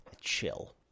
chill